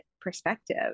perspective